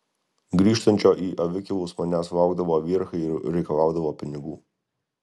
grįžtančio į avikilus manęs laukdavo verchai ir reikalaudavo pinigų